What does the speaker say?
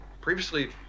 Previously